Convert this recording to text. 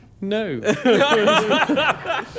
No